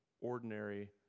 ordinary